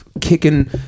kicking